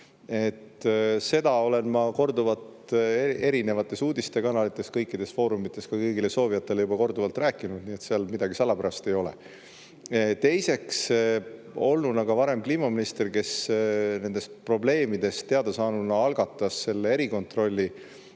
Seda olen ma korduvalt uudistekanalites, kõikides foorumites kõigile soovijatele juba korduvalt rääkinud, nii et seal midagi salapärast ei ole. Teiseks, olnuna ka kliimaminister, kes nendest probleemidest teada saanuna algatas erikontrolli,